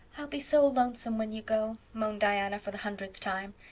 i'll be so lonesome when you go, moaned diana for the hundredth time.